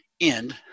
end